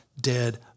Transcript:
dead